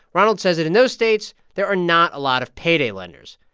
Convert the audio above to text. ronald says that in those states, there are not a lot of payday lenders.